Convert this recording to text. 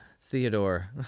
Theodore